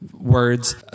words